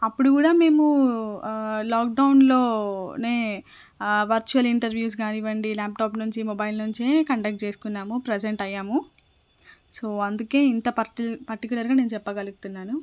అప్పుడు కూడా మేము లాక్డౌన్లోనే వర్చువల్ ఇంటర్వ్యూస్ కానివ్వండి ల్యాప్టాప్ నుంచి మొబైల్ నుంచి కండక్ట్ చేస్కున్నాము ప్రజెంట్ అయ్యాము సో అందుకే ఇంత పర్టిక్యులర్గా నేను చెప్పగలుగుతున్నాను